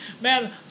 man